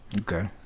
Okay